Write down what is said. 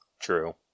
True